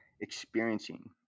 experiencing